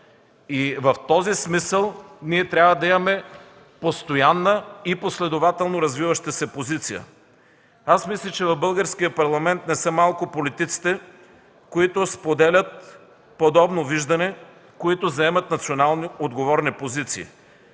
в този смисъл ние трябва да имаме постоянна и последователно развиваща се позиция. Аз мисля, че в българския парламент не са малко политиците, които споделят подобно виждане, които заемат национално отговорни позиции.